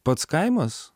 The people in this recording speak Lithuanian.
pats kaimas